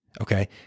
okay